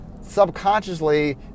subconsciously